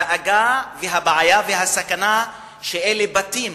הדאגה, והבעיה, והסכנה, שבתים